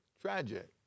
tragic